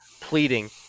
pleading